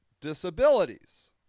disabilities